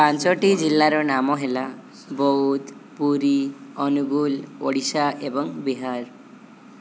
ପାଞ୍ଚଟି ଜିଲ୍ଲାର ନାମ ହେଲା ବୌଦ୍ଧ ପୁରୀ ଅନୁଗୁଳ ଓଡ଼ିଶା ଏବଂ ବିହାର